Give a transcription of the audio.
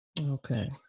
Okay